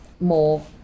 more